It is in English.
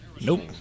Nope